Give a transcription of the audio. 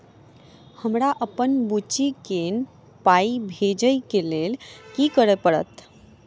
हमरा अप्पन बुची केँ पाई भेजइ केँ लेल की करऽ पड़त?